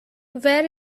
where